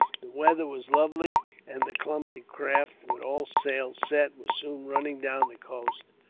the weather was lovely, and the clumsy craft, with all sail set, was soon running down the coast.